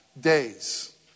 days